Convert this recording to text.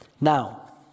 Now